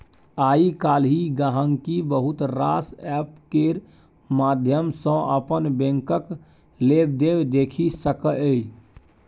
आइ काल्हि गांहिकी बहुत रास एप्प केर माध्यम सँ अपन बैंकक लेबदेब देखि सकैए